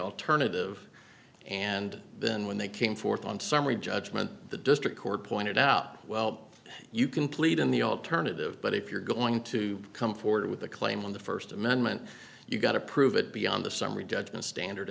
alternative and then when they came forth on summary judgment the district court pointed out well you can plead in the alternative but if you're going to come forward with a claim on the first amendment you've got to prove it beyond a summary judgment standard